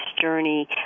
journey